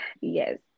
Yes